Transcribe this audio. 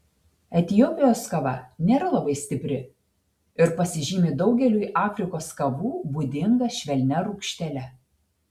etiopijos kava nėra labai stipri ir pasižymi daugeliui afrikos kavų būdinga švelnia rūgštele